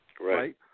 right